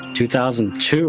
2002